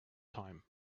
time